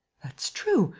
that's true.